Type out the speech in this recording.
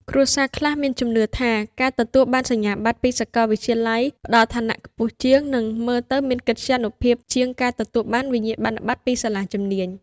គ្រួសារខ្លះមានជំនឿថា ការទទួលបានសញ្ញាបត្រពីសាកលវិទ្យាល័យផ្តល់ឋានៈខ្ពស់ជាង និងមើលទៅមានកិត្យានុភាពជាងការទទួលបានវិញ្ញាបនបត្រពីសាលាជំនាញ។